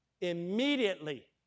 immediately